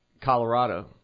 Colorado